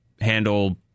handle